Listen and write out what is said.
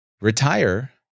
retire